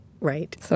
Right